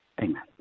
Amen